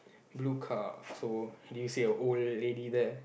blue car so do you see a old lady there